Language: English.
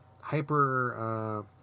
hyper